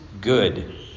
good